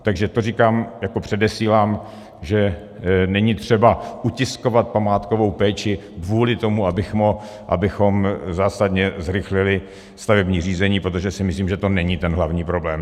Takže to říkám, předesílám, že není třeba utiskovat památkovou péči kvůli tomu, abychom zásadně zrychlili stavební řízení, protože si myslím, že to není ten hlavní problém.